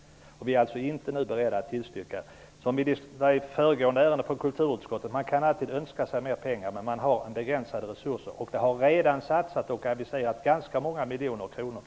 Vi är inte beredda att nu tillstyrka detta. Som vi sade i föregående ärende från kulturutskottet kan man alltid önska sig mer pengar, men man har begränsade resurser. Det har redan satsats och avviserats ganska många miljoner kronor här.